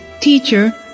Teacher